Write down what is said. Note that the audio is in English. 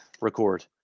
record